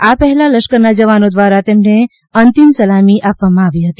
આ પહેલાં લશ્કરના જવાનો દ્વારા અંતિમ સલામી આપવામાં આવી હતી